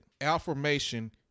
Affirmation